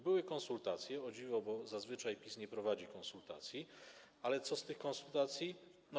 Były konsultacje, o dziwo, bo zazwyczaj PiS nie prowadzi konsultacji, ale co z tych konsultacji wynika?